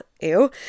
Ew